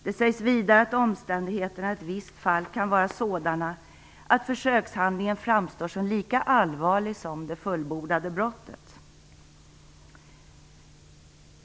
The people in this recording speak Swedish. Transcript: Det sägs vidare att omständigheterna i ett visst fall kan vara sådana att försökshandlingen framstår som lika allvarlig som det fullbordade brottet.